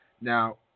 Now